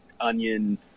onion